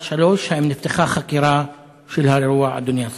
3. האם נפתחה חקירה של האירוע, אדוני השר?